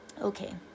Okay